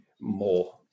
more